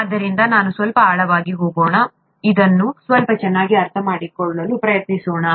ಆದ್ದರಿಂದ ನಾವು ಸ್ವಲ್ಪ ಆಳವಾಗಿ ಹೋಗೋಣ ಇದನ್ನು ಸ್ವಲ್ಪ ಚೆನ್ನಾಗಿ ಅರ್ಥಮಾಡಿಕೊಳ್ಳಲು ಪ್ರಯತ್ನಿಸೋಣ